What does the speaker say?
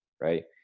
right